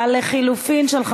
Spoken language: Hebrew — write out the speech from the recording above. יוסי יונה, איל בן ראובן ויעל